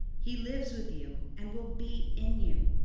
he lives with you and will be in you.